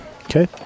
Okay